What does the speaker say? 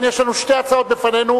לכן יש לנו שתי הצעות בפנינו,